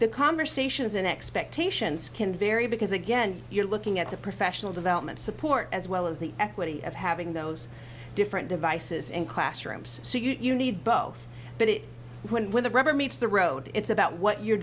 the conversations in expectations can vary because again you're looking at the professional development support as well as the equity of having those different devices in classrooms so you need both but it where the rubber meets the road it's about what you